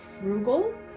frugal